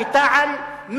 כתע"ל,